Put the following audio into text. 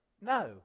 No